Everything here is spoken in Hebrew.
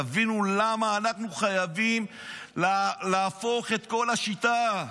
תבינו למה אנחנו חייבים להפוך את כל השיטה.